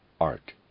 art